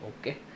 Okay